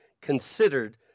considered